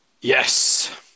Yes